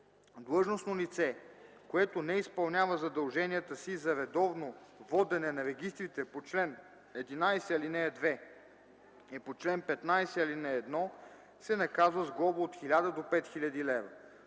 Длъжностно лице, което не изпълнява задълженията си за редовно водене на регистрите по чл. 11, ал. 2 и по чл. 15, ал. 1, се наказва с глоба от 1000 до 5000 лв.”